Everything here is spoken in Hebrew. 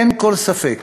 אין כל ספק